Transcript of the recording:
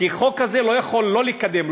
כי החוק הזה לא יכול לא לקדם,